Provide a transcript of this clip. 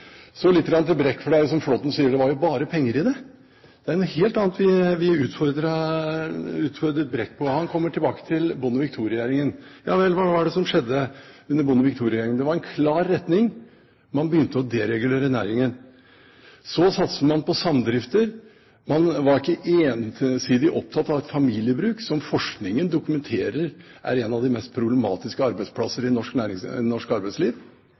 Så litt til Brekk: Som Flåtten sier, var det bare penger i det svaret. Det er noe helt annet vi utfordret Brekk på. Han kommer tilbake til Bondevik II-regjeringen. Ja vel, hva var det som skjedde under Bondevik II-regjeringen? Det var en klar retning: Man begynte å deregulere næringen. Så satset man på samdrifter. Man var ikke ensidig opptatt av familiebruk – som forskningen dokumenterer er en av de mest problematiske arbeidsplasser i norsk arbeidsliv.